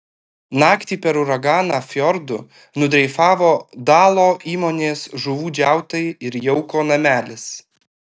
naktį per uraganą fjordu nudreifavo dalo įmonės žuvų džiautai ir jauko namelis